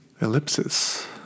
Ellipsis